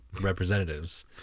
representatives